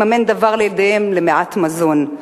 לממן דבר לילדיהם למעט מזון.